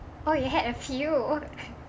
orh you had a few